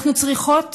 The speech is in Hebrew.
אנחנו צריכות